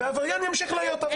והעבריין ימשיך להיות עבריין.